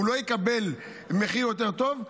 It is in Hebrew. והוא לא יקבל מחיר יותר טוב,